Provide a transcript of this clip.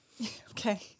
Okay